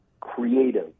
creative